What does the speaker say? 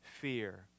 fear